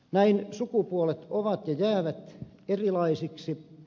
näin sukupuolet ovat ja jäävät erilaisiksi